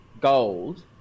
gold